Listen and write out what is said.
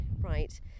Right